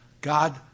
God